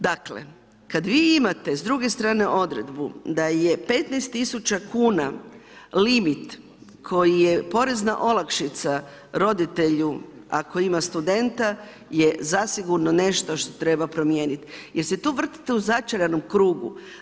Dakle kada vi imate s druge strane odredbu da je 15.000 kuna limit koje je porezna olakšica roditelju ako ima studenta je zasigurno nešto što treba promijeniti jer se tu vrtite u začaranom krugu.